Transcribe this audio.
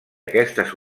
aquestes